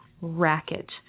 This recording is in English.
racket